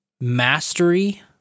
mastery